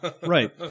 Right